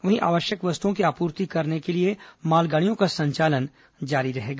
वहीं आवश्यक वस्तुओं की आपूर्ति करने के लिए मालगाड़ियों का संचालन जारी रहेगा